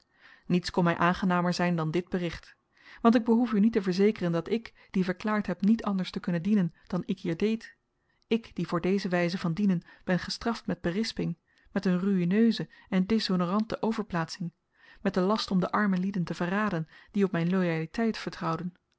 niets kon my aangenamer zyn dan dit bericht want ik behoef u niet te verzekeren dat ik die verklaard heb niet anders te kunnen dienen dan ik hier deed ik die voor deze wyze van dienen ben gestraft met berisping met een ruïneuze en deshonorante overplaatsing met den last om de arme lieden te verraden die op myn loyauteit vertrouwden